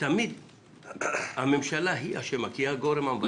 תמיד הממשלה היא אשמה, כי היא הגורם המבצע.